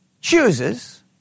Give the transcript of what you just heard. chooses